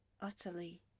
utterly